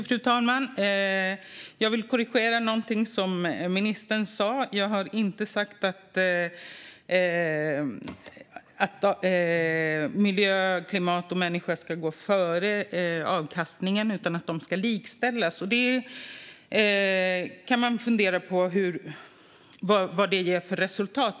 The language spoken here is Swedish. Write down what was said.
Fru talman! Jag vill korrigera något som ministern sa. Jag har inte sagt att miljö, klimat och människa ska gå före avkastning utan att de ska likställas. Man kan fundera på vad det ger för resultat.